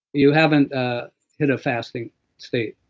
you haven't ah hit a fasting state